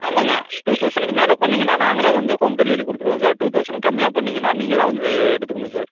ஆமாங்க டூ தெளசண்ட்க்கு மேலே பண்ணீங்கன்னால் நாங்களே வந்து ஹோம் டெலிவரி கொடுத்துருவோம் சார் டூ தெளசண்ட்க்கு கம்மியாக பண்ணீங்கன்னால் நீங்கள் தான் வந்து எடுத்துக்கணும் சார்